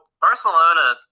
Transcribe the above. Barcelona